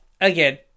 again